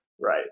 Right